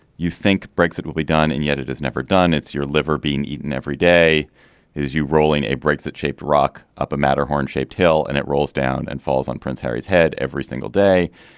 you think brexit will be done and yet it is never done it's your liver being eaten every day is you rolling a brexit shaped rock up a matterhorn shaped hill and it rolls down and falls on prince harry's head every single day.